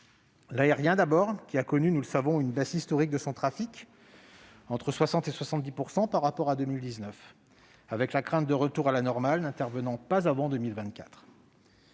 l'aérien qui a connu, nous le savons, une baisse historique de son trafic d'environ 60 % à 70 % par rapport à 2019, avec la crainte d'un retour à la normale n'intervenant pas avant 2024.